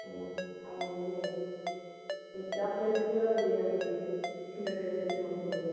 ହେଲା ଆଉ ଇଏ ଚକ୍ ପେନ୍ସିଲ୍ ଗୁଡ଼ା ଦେଇଦେବେ ଟିକେ ସିଲଟ୍ରେ ଲେଖିବାକୁ ହେବ